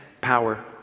power